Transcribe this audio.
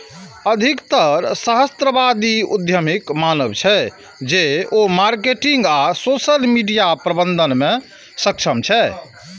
अधिकतर सहस्राब्दी उद्यमीक मानब छै, जे ओ मार्केटिंग आ सोशल मीडिया प्रबंधन मे सक्षम छै